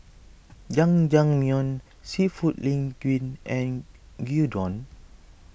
Jajangmyeon Seafood Linguine and Gyudon